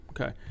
Okay